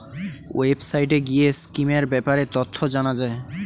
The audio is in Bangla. ওয়েবসাইটে গিয়ে স্কিমের ব্যাপারে তথ্য জানা যায়